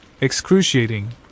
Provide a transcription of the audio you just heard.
excruciating